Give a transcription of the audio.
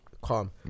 calm